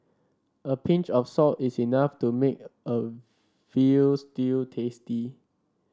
a pinch of salt is enough to make a veal stew tasty